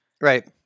Right